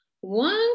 one